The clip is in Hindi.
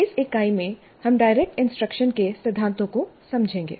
इस इकाई में हम डायरेक्ट इंस्ट्रक्शन के सिद्धांतों को समझेंगे